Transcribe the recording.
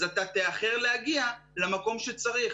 אז אתה תאחר להגיע למקום שצריך.